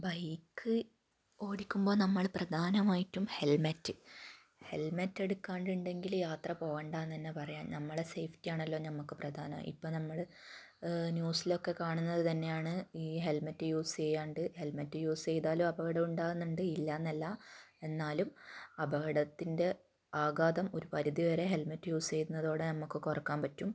bike ഓടിക്കുമ്പോൾ നമ്മൾ പ്രധാനമായിട്ടും ഹെൽമെറ്റ് ഹെൽമറ്റ് എടുക്കാണ്ടുണ്ടെങ്കിൽ യാത്ര പോകണ്ടായെന്ന് തന്നെ പറയാം ഞമ്മടെ സേഫ്റ്റി ആണല്ലോ ഞമ്മക്ക് പ്രധാനം ഇപ്പം നമ്മൾ ന്യൂസിലൊക്കെ കാണുന്നത് തന്നെയാണ് ഈ ഹെൽമറ്റ് യൂസ് ചെയ്യാതെ ഹെൽമറ്റ് യൂസ് ചെയ്താലും അപകടം ഉണ്ടാകുന്നുണ്ട് ഇല്ലയെന്നല്ല എന്നാലും അപകടത്തിൻ്റെ ആഘാതം ഒരു പരിധി വരെ ഹെൽമറ്റ് യൂസ് ചെയ്യുന്നതോടെ നമുക്ക് കുറക്കാൻ പറ്റും